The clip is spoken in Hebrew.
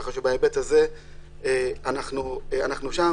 כך שבהיבט הזה אנחנו שם.